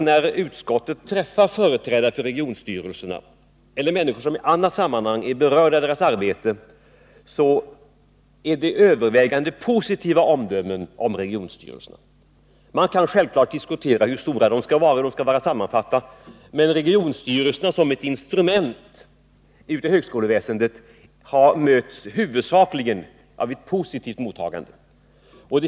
När utskottet träffar företrädare för regionstyrelserna eller människor som i andra sammanhang är berörda av deras arbete, framförs det övervägande positiva omdömen om dessa styrelser. Man kan självklart diskutera hur stora de skall vara och hur de skall vara sammansatta, men regionstyrelserna som instrument i högskoleväsendet har huvudsakligen fått ett positivt mottagande.